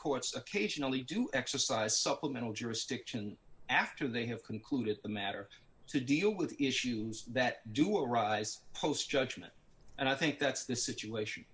courts occasionally do exercise supplemental jurisdiction after they have concluded the matter to deal with issues that do arise post judgment and i think that's the situation